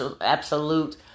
absolute